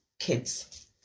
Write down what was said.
kids